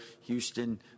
Houston